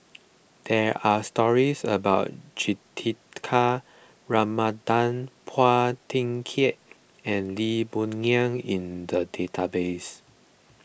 there are stories about Juthika Ramanathan Phua Thin Kiay and Lee Boon Ngan in the database